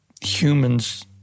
humans